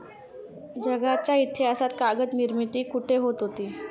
जगाच्या इतिहासात कागद निर्मिती कुठे होत होती?